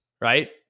right